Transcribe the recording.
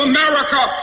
America